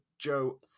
Joe